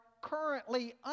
currently